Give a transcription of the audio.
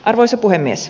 arvoisa puhemies